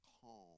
calm